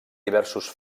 diversos